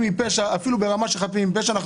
ואפילו ברמה של חפים מפשע.